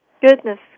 Goodness